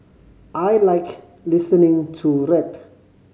I like listening to rap